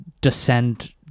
descend